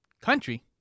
Country